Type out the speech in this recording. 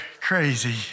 crazy